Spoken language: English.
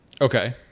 Okay